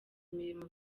imirimo